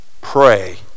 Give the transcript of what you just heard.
Pray